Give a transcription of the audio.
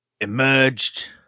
emerged